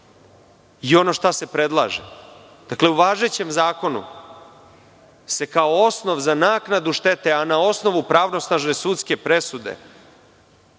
i ono šta se predlaže. Dakle, u važećem zakonu se kao osnov za naknadu štete, a na osnovu pravosnažne sudske presude,